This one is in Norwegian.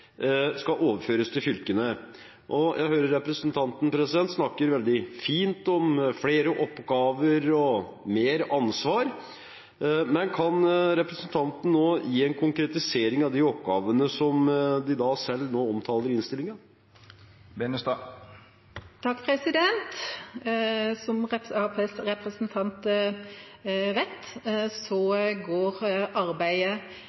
skal overføres til fylkene. Jeg hører representanten snakke veldig fint om flere oppgaver og mer ansvar, men kan representanten nå gi en konkretisering av de oppgavene som de selv omtaler i innstillingen? Som representanten Lauvås vet, pågår arbeidet